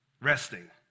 resting